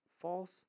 false